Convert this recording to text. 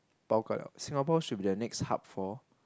bao ka liao Singapore should be the next hub for